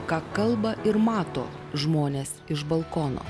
ką kalba ir mato žmonės iš balkono